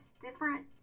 different